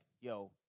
yo